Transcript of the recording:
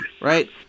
right